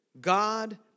God